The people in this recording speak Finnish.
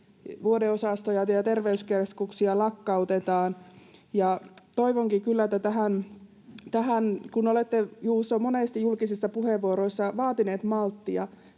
vuodeosastoja ja terveyskeskuksia lakkautetaan. Kun olette, Juuso, monesti julkisissa puheenvuoroissa vaatineet malttia,